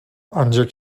ancak